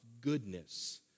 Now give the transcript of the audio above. goodness